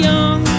Young